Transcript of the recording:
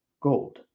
Gold